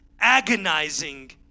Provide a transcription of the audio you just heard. agonizing